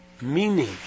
meaning